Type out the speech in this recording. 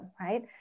right